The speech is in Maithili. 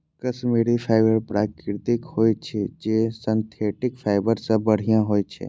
कश्मीरी फाइबर प्राकृतिक होइ छै, जे सिंथेटिक फाइबर सं बढ़िया होइ छै